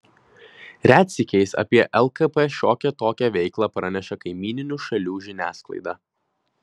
retsykiais apie lkp šiokią tokią veiklą praneša kaimyninių šalių žiniasklaida